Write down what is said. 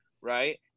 Right